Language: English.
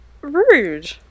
rude